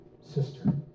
sister